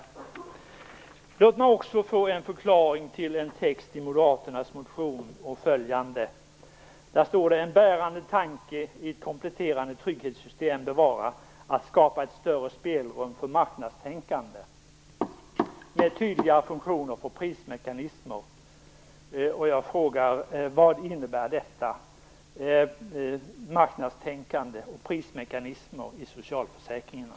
Vidare skulle jag vilja ha en förklaring till följande text i Moderaternas motion: En bärande tanke i ett kompletterande trygghetssystem bör vara att skapa ett större spelrum för marknadstänkande med tydliga funktioner på prismekanismer. Vad innebär detta med marknadstänkande och prismekanismer i socialförsäkringarna?